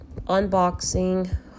Unboxing